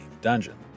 dungeon